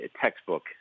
textbook